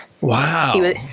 Wow